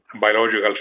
biological